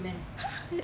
!huh!